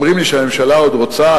עוד אומרים לי שהממשלה עוד רוצה,